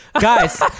guys